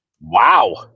wow